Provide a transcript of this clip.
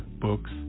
books